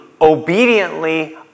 obediently